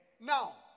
now